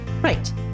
Right